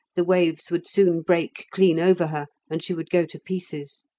the waves would soon break clean over her, and she would go to pieces.